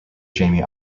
jamie